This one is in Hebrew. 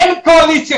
אין קואליציה,